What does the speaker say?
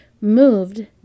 moved